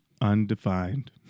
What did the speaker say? Undefined